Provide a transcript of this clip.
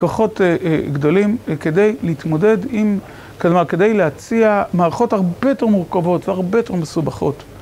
כוחות גדולים כדי להתמודד עם, כלומר כדי להציע מערכות הרבה יותר מורכבות והרבה יותר מסובכות.